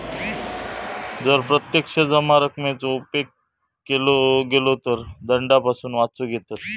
जर प्रत्यक्ष जमा रकमेचो उपेग केलो गेलो तर दंडापासून वाचुक येयत